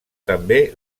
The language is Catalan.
també